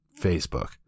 facebook